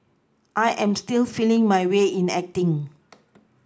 I am still feeling my way in acting